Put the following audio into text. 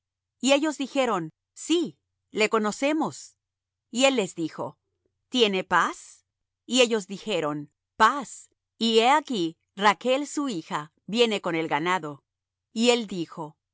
y ellos dijeron sí le conocemos y él les dijo tiene paz y ellos dijeron paz y he aquí rachl su hija viene con el ganado y él dijo